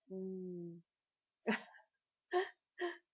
mm